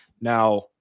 Now